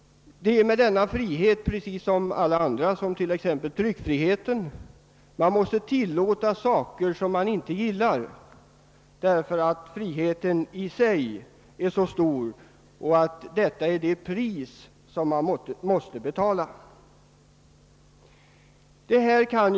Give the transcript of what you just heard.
Det är med denna frihet precis som med alla andra friheter, att man måste tillåta en del företeelser som man inte gillar därför att friheten i sig är av så stort värde. Det är det pris som man får betala för friheten. Herr talman!